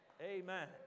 Amen